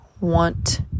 want